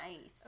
Nice